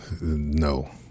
no